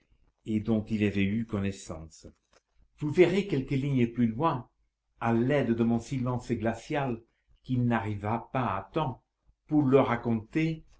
et dont il avait eu connaissance vous verrez quelques lignes plus loin à l'aide de mon silence glacial qu'il n'arriva pas à temps pour leur raconter